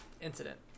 incident